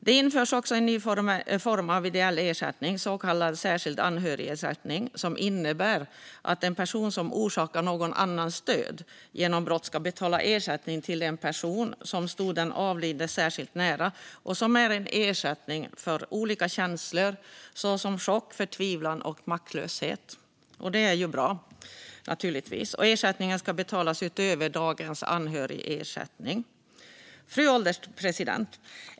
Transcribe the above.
Det införs också en ny form av ideell ersättning, så kallad anhörigersättning, som innebär att en person som orsakar någon annans död genom brott ska betala ersättning till en person som stod den avlidne särskilt nära. Det är en ersättning för olika känslor, såsom chock, förtvivlan och maktlöshet. Detta är naturligtvis bra. Ersättningen ska betalas utöver dagens anhörigersättning. Fru ålderspresident!